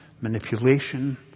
manipulation